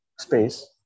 space